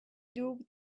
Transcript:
دوگ